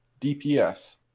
DPS